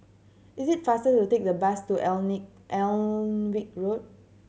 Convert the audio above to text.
is it faster to take the bus to Alnwick Road